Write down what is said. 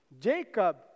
Jacob